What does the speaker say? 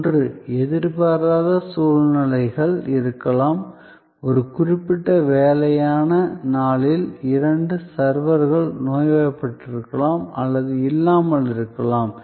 ஒன்று எதிர்பாராத சூழ்நிலைகள் இருக்கலாம் ஒரு குறிப்பிட்ட வேலையான நாளில் இரண்டு சர்வர்கள் நோய்வாய்ப்பட்டிருக்கலாம் மற்றும் இல்லாமல் இருக்கலாம்